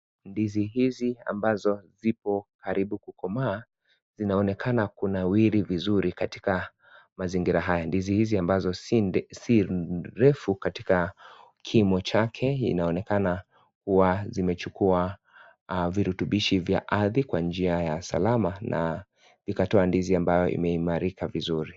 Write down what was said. Ndizi hizi ambazo zipo karibu kukomaa inaonekana kunawiri vizuri katika mazingira haya, ndizi hizi ambazo si refu iko katika kimo chake inaonekana kuwa zimechukua viritubisho vya ardhi kwa njia ya salama na ndizi ambayo imeimarika vizuri